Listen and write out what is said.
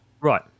Right